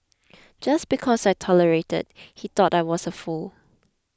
just because I tolerated he thought I was a fool